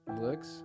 looks